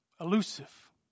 elusive